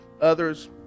others